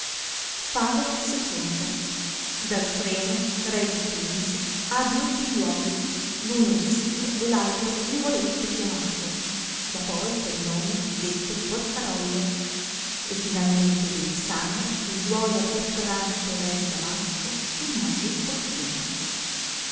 favola i dalfreno re di tunisi ha due figliuoli l uno listico e l'altro livoretto chiamato da poi per nome detto porcarollo e finalmente bellisandra figliuola di attarante re di damasco in moglie ottiene